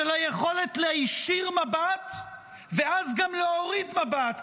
של היכולת להישיר מבט ואז גם להוריד מבט,